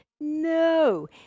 no